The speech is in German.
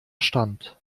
stand